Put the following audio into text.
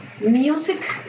music